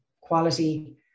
quality